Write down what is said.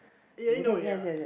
ya you know ya